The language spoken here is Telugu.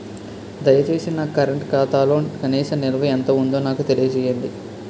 దయచేసి నా కరెంట్ ఖాతాలో కనీస నిల్వ ఎంత ఉందో నాకు తెలియజేయండి